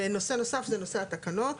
ונושא נוסף, זה נושא התקנות.